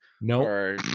No